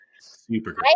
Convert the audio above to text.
Super